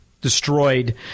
destroyed